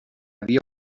havia